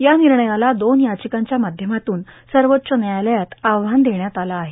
या निर्णयाला दोन याचिकांच्या माध्यमातून सर्वोच्च न्यायालयात आव्हान देण्यात आलं आहे